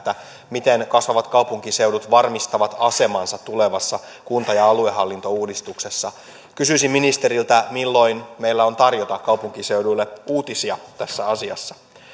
miten kasvavat kaupunkiseudut varmistavat asemansa tulevassa kunta ja aluehallintouudistuksessa kysyisin ministeriltä milloin meillä on tarjota kaupunkiseuduille uutisia tässä asiassa